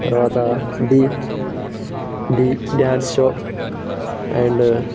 తర్వాతా D D dance show and